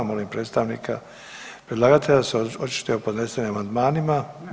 Molim predstavnika predlagatelja da se očituje o podnesenim amandmanima.